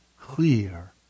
clear